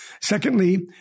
Secondly